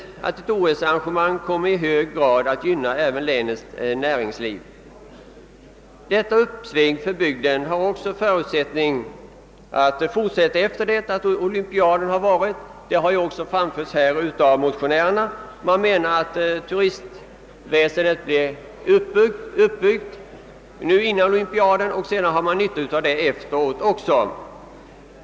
Ett Oö-arrangemang kommer i hög grad att gynna länets näringsliv. Detta uppsving för bygden kan fortsätta även efter det att de olympiska spelen är över — det har även framhållits av motionärerna. Man menar att turistväsendet byggs upp före olympiaden, och detta har man nytta av efteråt.